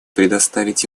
предоставить